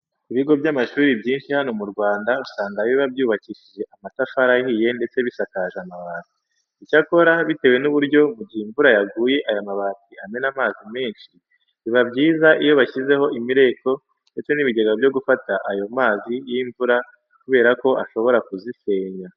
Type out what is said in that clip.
Ibigo by'amashuri byinshi hano mu Rwanda usanga biba byubakishije amatafari ahiye ndetse bisakaje amabati. Icyakora bitewe n'uburyo mu gihe imvura yaguye aya mabati amena amazi menshi, biba byiza iyo bashyizeho imireko ndetse n'ibigega byo gufata ayo mazi y'imvura kubera ko ashobora kuzisenya.